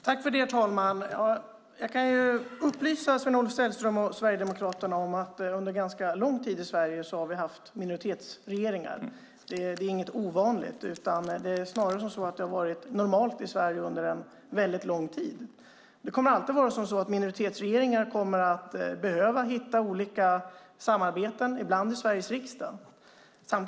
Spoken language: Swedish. Herr talman! Jag kan upplysa Sven-Olof Sällström och Sverigedemokraterna om att vi under ganska lång tid har haft minoritetsregeringar i Sverige. Det är inte något ovanligt. Det är snarare det som har varit det normala i Sverige under lång tid. Minoritetsregeringar kommer alltid att behöva hitta olika samarbeten i Sveriges riksdag.